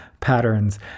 Patterns